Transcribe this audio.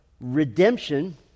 redemption